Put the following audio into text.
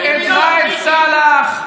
לך, לך תחבק, לך תחבק את ראאד סלאח.